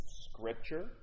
Scripture